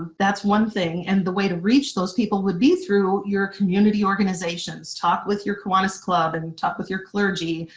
that's one thing, and the way to reach those people would be through your community organizations. talk with your kiwanis club and and talk with your clergy,